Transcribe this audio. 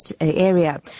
area